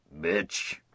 Bitch